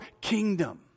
kingdom